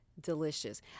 delicious